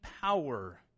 power